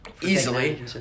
Easily